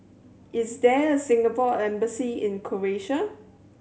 is there a Singapore Embassy in Croatia